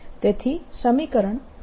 તેથી સમીકરણ 1200 E02 n થશે